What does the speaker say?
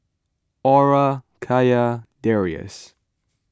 Aura Kya Darrius